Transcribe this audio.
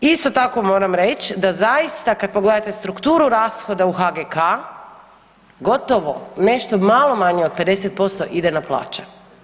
Isto tako moram reći da zaista kad pogledate strukturu rashoda u HGK-a, gotovo nešto malo manje od 50% ide na plaće.